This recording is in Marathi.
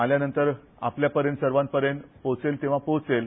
आल्यानंतर आपल्या सर्वांपर्यंत पोहोचेल तेंव्हा पोहोचेल